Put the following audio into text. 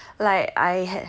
like I had